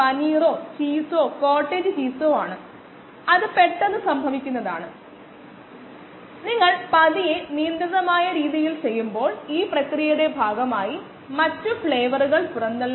അതിനാൽ കേന്ദ്രബിന്ദു കേന്ദ്രബിന്ദു tക്ക് 5 മിനിറ്റിന് തുല്യമായ സബ്സ്ട്രേറ്റ് സാന്ദ്രത 18